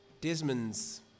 Desmond's